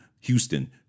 Houston